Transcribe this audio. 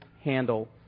handle